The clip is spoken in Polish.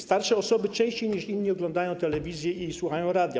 Starsze osoby częściej niż inni oglądają telewizję i słuchają radia.